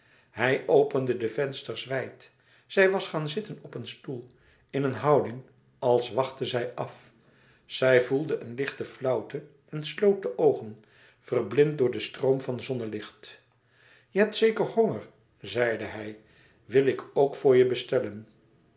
hij opende de vensters wijd zij was gaan zitten op een stoel in een houding als wachtte zij af zij voelde een lichte flauwte en sloot de oogen verblind door den stroom van zonnelicht je hebt zeker honger zeide hij wat wil ik voor je bestellen